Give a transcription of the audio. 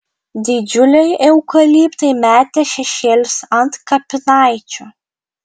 didžiuliai eukaliptai metė šešėlius ant kapinaičių